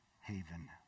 haven